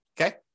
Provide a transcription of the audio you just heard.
okay